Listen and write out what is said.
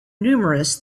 numerous